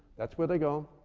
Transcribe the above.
that's where they go,